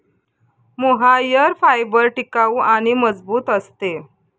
mohair fibre टिकाऊ आणि मजबूत असते